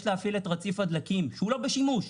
להפעיל את רציף הדלקים שהוא לא בשימוש.